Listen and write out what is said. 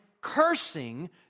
cursing